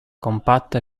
compatta